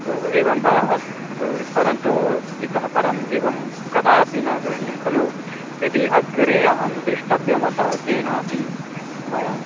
ओहो एवं वा अस्तु परन्तु इतः परम् एवं कदापि न करणीयं खलु यदि अग्रे अहं द्रष्टव्यम् अथवा केनापि मया